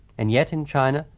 and yet, in china,